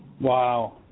Wow